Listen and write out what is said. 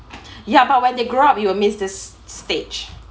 ya but when they grow up you will miss this stage